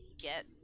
get